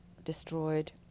destroyed